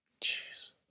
Jeez